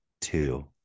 two